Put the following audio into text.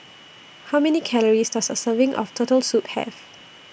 How Many Calories Does A Serving of Turtle Soup Have